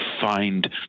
find